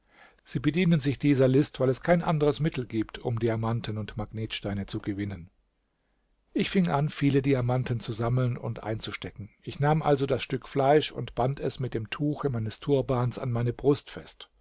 sie bedienen sich dieser list weil es kein anderes mittel gibt um diamanten und magnetsteine zu gewinnen ich fing an viele diamanten zu sammeln und einzustecken ich nahm also das stück fleisch und band es mit dem tuche meines turbans an meine brust fest